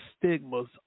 stigmas